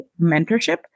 mentorship